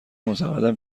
معتقدم